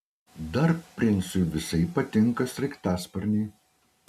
dar princui visai patinka sraigtasparniai